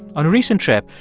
on a recent trip,